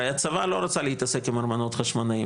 הרי הצבא לא רצה להתעסק עם ארמונות חשמונאים.